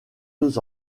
deux